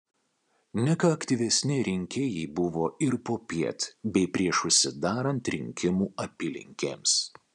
ne ką aktyvesni rinkėjai buvo ir popiet bei prieš užsidarant rinkimų apylinkėms